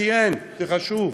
ציין, זה חשוב,